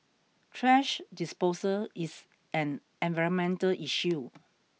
trash disposal is an environmental issue